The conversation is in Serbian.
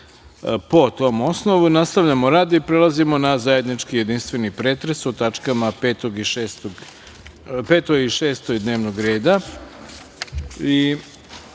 po tom osnovu, nastavljamo rad i prelazimo na zajednički jedinstveni pretres o tačkama 5. i 6. dnevnog